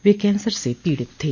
वह कैंसर से पीड़ित थे